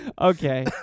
Okay